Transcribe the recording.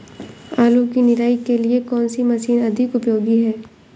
आलू की निराई के लिए कौन सी मशीन अधिक उपयोगी है?